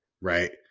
Right